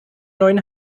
neuen